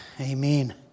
Amen